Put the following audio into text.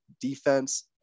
defense